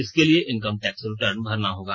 इसके लिए income tax return भरना होगा